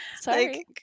Sorry